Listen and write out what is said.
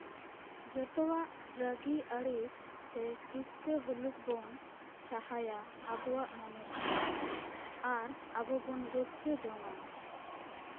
ᱡᱚᱛᱚᱣᱟᱜ ᱨᱟᱹᱜᱤ ᱟᱹᱲᱤᱥ ᱥᱮ ᱦᱤᱥᱠᱟᱹ ᱦᱩᱞᱩᱠ ᱵᱚᱱ ᱥᱟᱦᱟᱭᱟ ᱟᱵᱚᱣᱟᱜ ᱢᱚᱱᱮ ᱠᱷᱚᱱ ᱟᱨ ᱟᱵᱚ ᱵᱚᱱ ᱨᱟᱹᱥᱠᱟᱹ ᱡᱚᱝᱟ